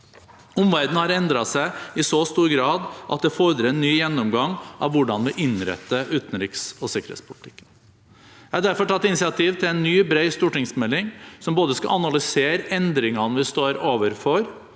Omverdenen har endret seg i så stor grad at det fordrer en ny gjennomgang av hvordan vi innretter utenriks- og sikkerhetspolitikken. Jeg har derfor tatt initiativ til en ny, bred stortingsmelding som både skal analysere endringene vi står overfor,